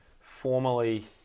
formally